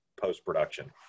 post-production